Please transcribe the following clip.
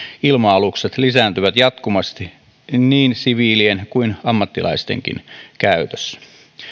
ilma alukset lisääntyvät jatkuvasti niin siviilien kuin ammattilaistenkin käytössä